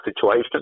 situation